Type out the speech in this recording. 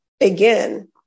again